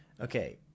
Okay